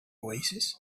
oasis